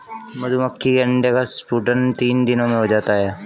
मधुमक्खी के अंडे का स्फुटन तीन दिनों में हो जाता है